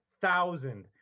thousand